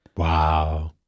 Wow